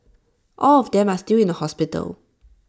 all of them are still in the hospital